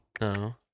no